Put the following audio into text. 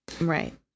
right